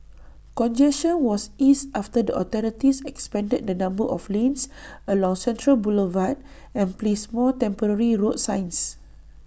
congestion was eased after the authorities expanded the number of lanes along central Boulevard and placed more temporary road signs